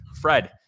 Fred